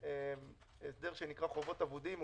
יש הסדר שנקרא "חובות אבודים".